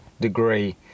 degree